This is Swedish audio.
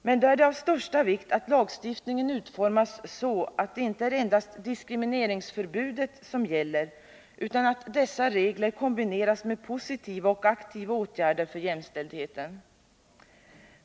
Men då är det av största vikt att lagstiftningen utformas så att det inte är endast 165 diskrimineringsförbudet som gäller, utan att dessa regler kombineras med positiva och aktiva åtgärder för jämställdheten.